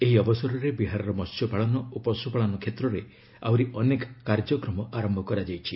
ଏହି ଅବସରରେ ବିହାରର ମସ୍ୟପାଳନ ଓ ପଶୁ ପାଳନ କ୍ଷେତ୍ରରେ ଆହୁରି ଅନେକ କାର୍ଯ୍ୟକ୍ରମ ଆରମ୍ଭ କରାଯାଇଛି